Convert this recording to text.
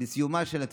בסיומה של התפילה,